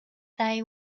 they